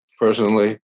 Personally